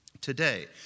today